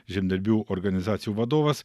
žemdirbių organizacijų vadovas